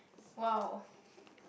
!wow!